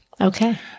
Okay